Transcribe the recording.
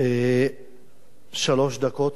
שלוש דקות,